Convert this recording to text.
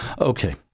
Okay